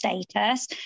status